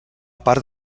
part